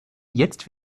jetzt